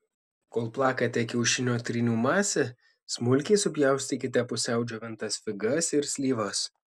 kol plakate kiaušinio trynių masę smulkiai supjaustykite pusiau džiovintas figas ir slyvas